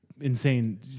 insane